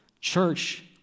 church